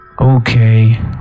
Okay